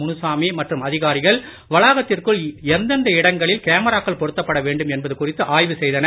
முனுசாமி மற்றும் அதிகாரிகள் வளாகத்திற்குள் எந்தெந்த இடங்களில் கேமராக்கள் பொருத்தப்பட வேண்டும் என்பது குறித்து ஆய்வு செய்தனர்